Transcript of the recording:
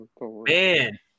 Man